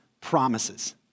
promises